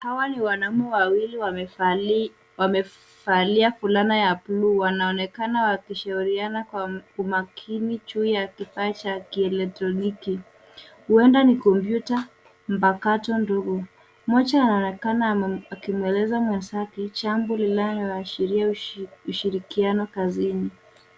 Hawa ni wanaume wawili wamevalia fulana ya bluu. Wanaonekana wakishauriana kwa umakini juu ya kifaa cha kielektroniki, huenda ni kompyuta mpakato ndogo. Mmoja anaonekana akimweleza mwenzake jambo linaloashiria ushirikiano kazini.